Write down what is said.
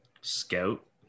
scout